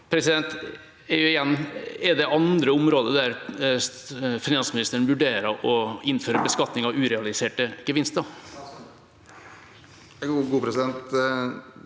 gevinster. Er det andre områder der finansministeren vurderer å innføre beskatning av urealiserte gevinster? Statsråd